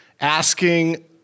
asking